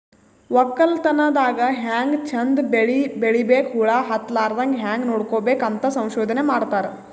ವಕ್ಕಲತನ್ ದಾಗ್ ಹ್ಯಾಂಗ್ ಚಂದ್ ಬೆಳಿ ಬೆಳಿಬೇಕ್, ಹುಳ ಹತ್ತಲಾರದಂಗ್ ಹ್ಯಾಂಗ್ ನೋಡ್ಕೋಬೇಕ್ ಅಂತ್ ಸಂಶೋಧನೆ ಮಾಡ್ತಾರ್